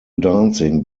dancing